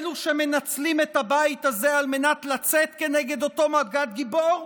אלה שמנצלים את הבית הזה על מנת לצאת כנגד אותו מג"ד גיבור,